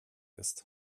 ist